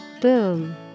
Boom